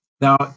Now